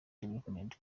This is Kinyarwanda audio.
development